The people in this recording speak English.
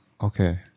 Okay